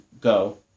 go